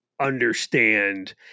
understand